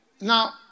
Now